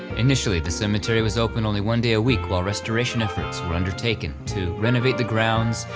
initially the cemetery was open only one day a week while restoration efforts were undertaken to renovate the grounds,